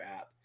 app